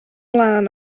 lân